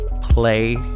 play